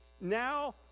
now